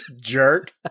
jerk